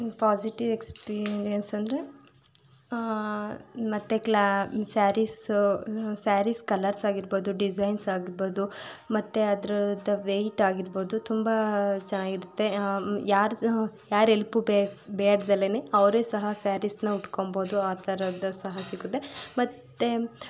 positive experience ಅಂದರೆ ಮತ್ತೆ ಕ್ಲಾ ಸ್ಯಾರೀಸ್ ಸ್ಯಾರೀಸ್ ಕಲರ್ಸ್ ಆಗಿರ್ಬೋದು ಡಿಸೈನ್ಸ್ ಆಗಿರ್ಬೋದು ಮತ್ತು ಅದರದು ವೈಟ್ ಆಗಿರ್ಬೋದು ತುಂಬ ಚೆನ್ನಾಗಿರುತ್ತೆ ಯಾರದೂ ಯಾರ ಹೆಲ್ಪೂ ಬೇ ಬೇಡ್ದೆಲೇ ಅವರೇ ಸಹ ಸ್ಯಾರೀಸ್ನ ಉಟ್ಕೊಮ್ಬೌದು ಆ ಥರದ ಸಹ ಸಿಗುತ್ತೆ ಮತ್ತು